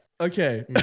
Okay